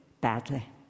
badly